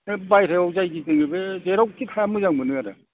बे बायरायाव जाय गिदिङो बियो जेरावखि थाया मोजां मोनो आरो